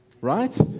Right